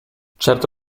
certo